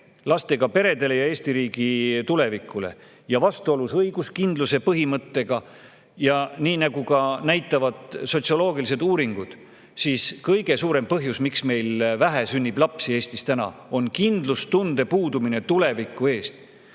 lastega peredele ja Eesti riigi tulevikule ja vastuolus õiguskindluse põhimõttega. Nii nagu näitavad sotsioloogilised uuringud, on kõige suurem põhjus, miks meil Eestis sünnib vähe lapsi, kindlustunde puudumine tuleviku ees.